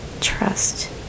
Trust